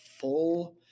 full